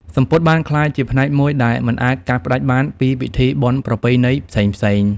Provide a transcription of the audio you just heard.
សំពត់បានក្លាយជាផ្នែកមួយដែលមិនអាចកាត់ផ្ដាច់បានពីពិធីបុណ្យប្រពៃណីផ្សេងៗ។